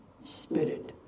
Spirit